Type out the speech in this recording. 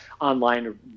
online